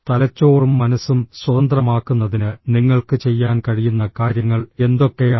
തലച്ചോറും മനസ്സും സ്വതന്ത്രമാക്കുന്നതിന് നിങ്ങൾക്ക് ചെയ്യാൻ കഴിയുന്ന കാര്യങ്ങൾ എന്തൊക്കെയാണ്